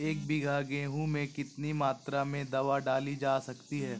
एक बीघा गेहूँ में कितनी मात्रा में दवा डाली जा सकती है?